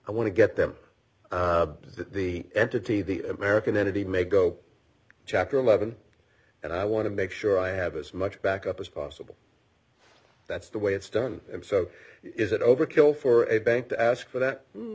i want to get them that the entity the american entity may go chapter eleven and i want to make sure i have as much backup as possible that's the way it's done and so is it overkill for a bank to ask for that